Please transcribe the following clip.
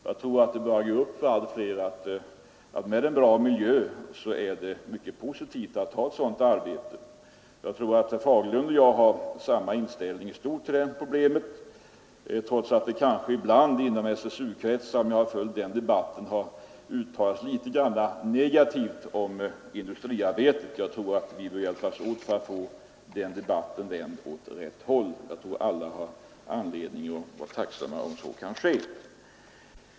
Jag tror att det för allt flera börjar gå upp att det är positivt att ha ett sådant arbete, om det finns en bra miljö. Jag tror att herr Fagerlund och jag i stort har samma inställning till detta problem, trots att man inom SSU-kretsar ibland har uttalat sig litet negativt om industriarbete. Jag tror att vi får hjälpas åt för att få den debatten vänd åt rätt håll. Alla har nog anledning att vara tacksamma om så kan ske.